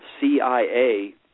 CIA